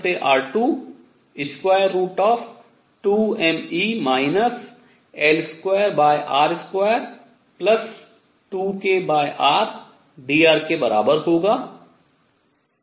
nrh 2r1r2√2mE L2r22krdr के बराबर होगा